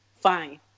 Fine